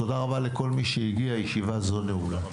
תודה רבה, הישיבה נעולה.